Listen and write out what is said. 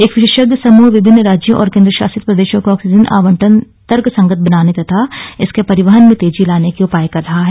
एक विशेषज्ञ समूह विभिन्न राज्यों और केन्द्रशासित प्रदेशों को ऑक्सीजन आवंटन तर्कसंगत बनाने तथा इसके परिवहन में तेजी लाने के उपाय कर रहा है